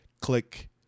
Click